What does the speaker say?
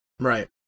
Right